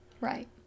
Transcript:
Right